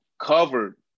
covered